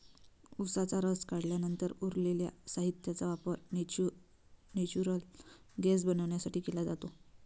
उसाचा रस काढल्यानंतर उरलेल्या साहित्याचा वापर नेचुरल गैस बनवण्यासाठी केला जातो